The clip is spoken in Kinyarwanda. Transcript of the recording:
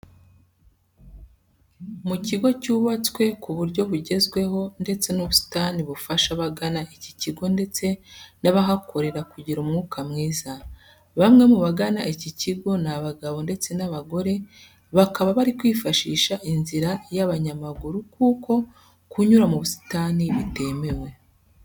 Mu kigo cyubatswe ku buryo bugezweho, ndetse n'ubusitani bufasha abagana iki kigo ndetse n'abahakorera kugira umwuka mwiza. Bamwe mu bagana iki kigo ni abagabo ndetse n'abagore bakaba bari kwifashisha inzira y'abanyamaguru kuko kunyura mu busitani bitemewe.